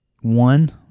one